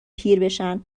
پیربشن